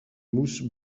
mousse